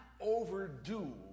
overdo